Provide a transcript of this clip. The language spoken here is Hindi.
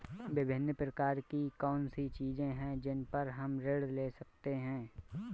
विभिन्न प्रकार की कौन सी चीजें हैं जिन पर हम ऋण ले सकते हैं?